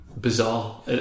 bizarre